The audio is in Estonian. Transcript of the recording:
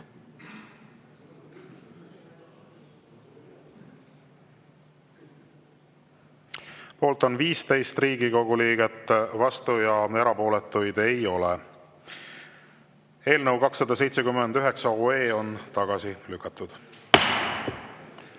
Poolt on 15 Riigikogu liiget, vastuolijaid ja erapooletuid ei ole. Eelnõu 279 on tagasi lükatud.